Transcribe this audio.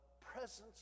presence